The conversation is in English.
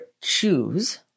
choose